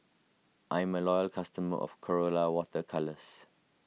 I'm a loyal customer of Colora Water Colours